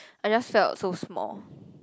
I just felt so small